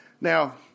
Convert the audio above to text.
Now